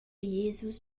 jesus